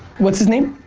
what is his name?